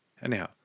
Anyhow